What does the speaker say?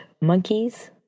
monkeys